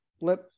let